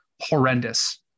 horrendous